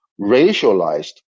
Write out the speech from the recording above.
racialized